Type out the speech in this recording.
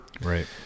right